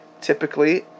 typically